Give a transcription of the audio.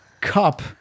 cup